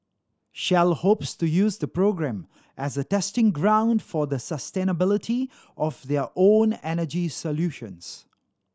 shell hopes to use the program as a testing ground for the sustainability of their own energy solutions